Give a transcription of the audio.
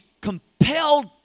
compelled